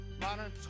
modern